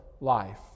life